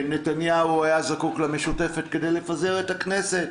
שנתניהו היה זקוק למשותפת כדי לפזר את הכנסת.